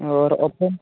और ऑपो